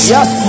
Yes